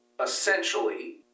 essentially